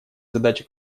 задача